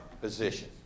position